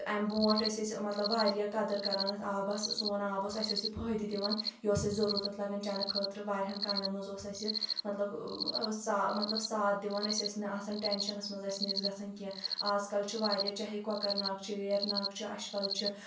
امہِ برونٛٹھ ٲسۍ أسۍ مطلب واریاہ قَدٕر کران اَتھ آبَس سون آب اوس اسہِ اوس یہِ فٲیِدٕ دِوان یہِ اوس اسہِ ضروٗرت لَگان چٮ۪نہٕ خٲطرٕ واریاہَن کامؠن منٛز اوس اسہِ یہِ مطلب سا مطلب ساتَھ دِوان أسۍ ٲسۍ نہٕ آسان ٹیَنٛشنَس منٛز ٲسۍ نہٕ أسۍ گژھان کینٛہہ آز کَل چھُ واریاہ چاہے کۄکَر ناگ چھِ ویرِناگ چھِ اَچھبَل چھُ